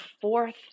fourth